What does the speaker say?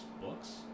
books